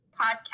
podcast